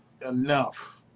enough